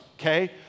okay